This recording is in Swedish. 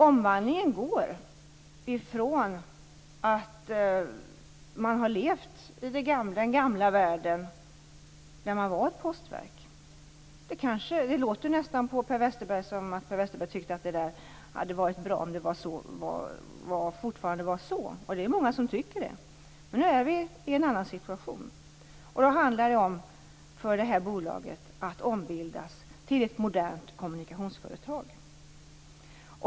Omvandlingen går från den gamla världen, då Posten var ett postverk. Det låter nästan på Per Westerberg som att han tycker att det varit bra om det fortfarande var så - och det är många som tycker det. Men nu är situationen en annan, och för det här bolaget handlar det om att ombildas till ett modernt kommunikationsföretag.